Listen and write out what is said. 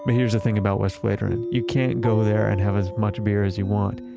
but here's the thing about westvleteren. you can't go there and have as much beer as you want.